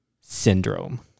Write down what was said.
syndrome